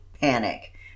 panic